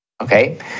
okay